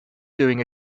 doing